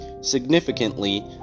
Significantly